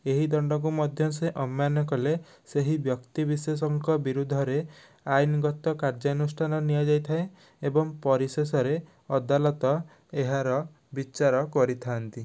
ଏହି ଦଣ୍ଡକୁ ମଧ୍ୟ ସେ ଅମାନ୍ୟ କଲେ ସେହି ବ୍ୟକ୍ତି ବିଶେଷଙ୍କ ବିରୁଦ୍ଧରେ ଆଇନଗତ କାର୍ଯ୍ୟ ଅନୁଷ୍ଠାନ ନିଆଯାଇଥାଏ ଏବଂ ପରିଶେଷରେ ଅଦାଲତ ଏହାର ବିଚାର କରିଥାଆନ୍ତି